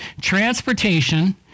transportation